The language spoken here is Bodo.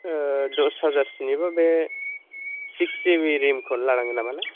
दस हाजारसोनिबा बे सिक्स जिबि रेम खौनो लानांगोन नामा नों